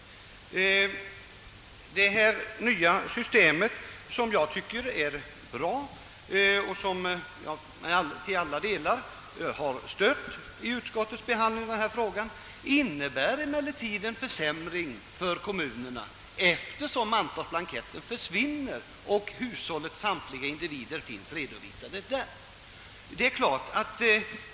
Det nya systemet, som jag anser vara bra och som jag till alla delar har stött under = utskottsbehandlingen, innebär emellertid en försämring för kommunerna eftersom mantalsblanketten, där hushållens samtliga individer finns redovisade, försvinner.